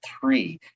three